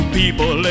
people